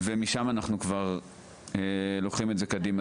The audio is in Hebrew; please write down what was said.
ומשם אנחנו כבר לוקחים את זה קדימה.